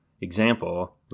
example